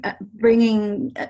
bringing